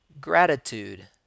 Gratitude